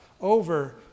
over